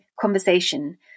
conversation